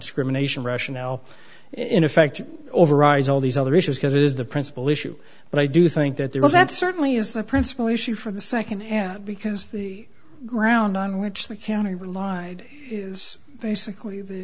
viewpoints criminalization rationale in effect overrides all these other issues because it is the principle issue but i do think that there is that certainly is the principle issue for the second half because the ground on which they can i relied is basically